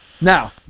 Now –